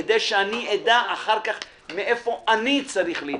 כדי שאדע אחר כך מאיפה אני צריך להתקדם.